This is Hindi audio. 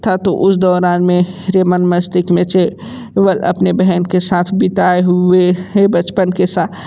था तो उस दौरान मेरे जो मन मस्तिष्क में जो अपनी बहन के साथ बिताए हुए हैं बचपन के सा रे